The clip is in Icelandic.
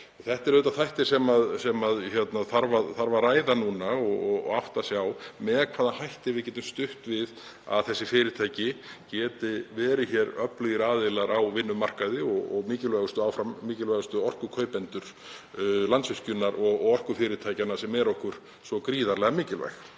Þetta eru auðvitað þættir sem þarf að ræða núna og við verðum að átta okkur á með hvaða hætti við getum stutt við að þessi fyrirtæki geti verið öflugir aðilar á vinnumarkaði og áfram mikilvægustu orkukaupendur Landsvirkjunar og orkufyrirtækjanna sem eru okkur svo gríðarlega mikilvæg.